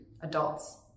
adults